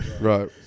right